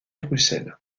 bruxelles